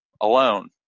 alone